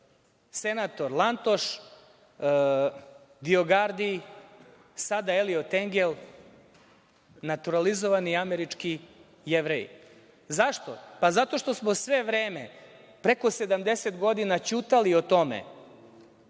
senator Lantoš, Bijogardi, sada Eliot Engel, naturalizovani američki Jevreji. Zašto? Pa, zato što smo sve vreme preko 70 godina ćutali o tome